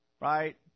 right